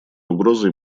угрозой